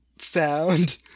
sound